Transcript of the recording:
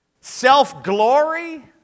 self-glory